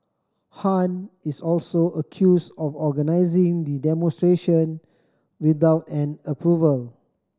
Han is also accused of organising the demonstration without an approval